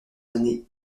années